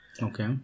Okay